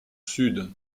sud